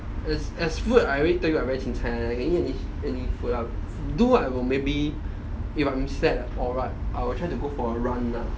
as as word I already tell you I very qingcai one I can eat any food do what ah maybe if I'm sad or what I will try to go for a run lah